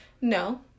No